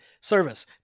service